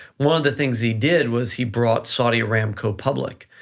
one of the things he did was he brought saudi aramco public,